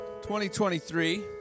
2023